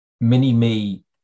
mini-me